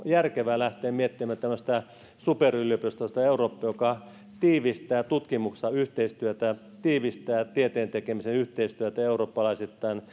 järkevää lähteä miettimään tämmöistä superyliopistollista eurooppaa joka tiivistää tutkimusta tiivistää tieteen tekemisen yhteistyötä eurooppalaisittain